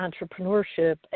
entrepreneurship